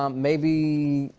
um maybe,